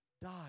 die